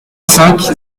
cinq